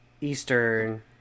eastern